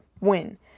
win